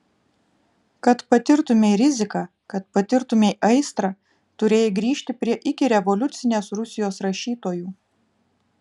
kad patirtumei riziką kad patirtumei aistrą turėjai grįžti prie ikirevoliucinės rusijos rašytojų